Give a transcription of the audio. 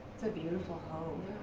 it's a beautiful hope,